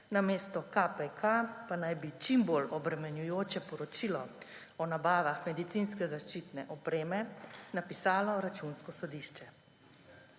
namesto KPK pa naj bi čim bolj obremenjujoče poročilo o nabavah medicinske zaščitne opreme napisalo Računsko sodišče.